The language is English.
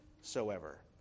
soever